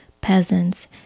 peasants